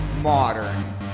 Modern